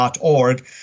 .org